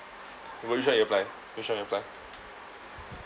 which one you apply which one you apply